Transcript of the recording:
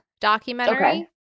documentary